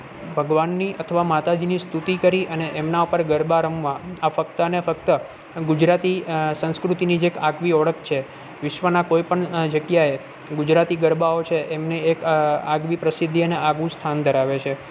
ભગવાનની અથવા માતાજીની સ્તુતિ કરી અને એમના ઉપર ગરબા રમવા આ ફક્ત અને ફક્ત ગુજરાતી સંસ્કૃતિની જ એક આગવી ઓળખ છે વિશ્વના કોઈ પણ જગ્યાએ ગુજરાતી ગરબાઓ છે એમને એક આગવી પ્રસિદ્ધિ અને આગવું સ્થાન ધરાવે છે